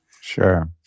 Sure